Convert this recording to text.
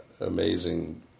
amazing